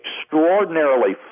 extraordinarily